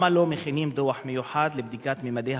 מדוע לא מכינים דוח מיוחד לבדיקת ממדי